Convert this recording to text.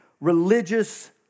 religious